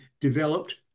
developed